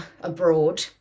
abroad